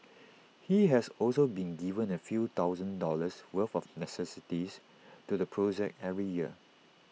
he has also been giving A few thousand dollars worth of necessities to the project every year